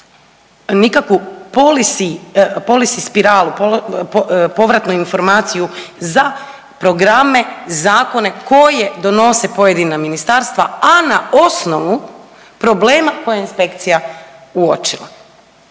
nikakvu policy spiralu, povratnu informaciju za programe, zakone koje donose pojedina ministarstva, a na osnovu problema koje je inspekcija uočila